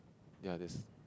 ya this